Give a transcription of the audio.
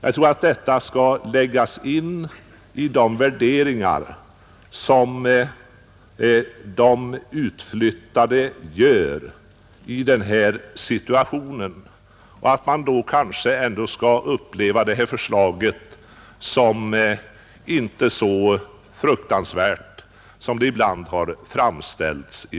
Allt detta bör vägas in i de värderingar som de som skall flytta ut gör i den här situationen — då kanske de inte upplever den som så motbjudande som den från olika håll har framställts.